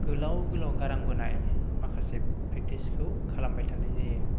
गोलाव गोलाव गारां बोनाय माखासे प्रेक्टिसखौ खालामबाय थानाय जायो